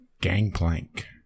Gangplank